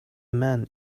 man